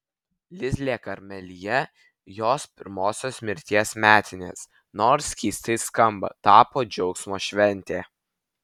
lizjė karmelyje jos pirmosios mirties metinės nors keistai skamba tapo džiaugsmo švente